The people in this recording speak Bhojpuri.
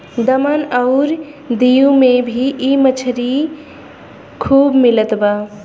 दमन अउरी दीव में भी इ मछरी खूब मिलत बा